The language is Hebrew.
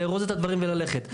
לארוז את הדברים וללכת.